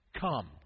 come